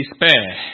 Despair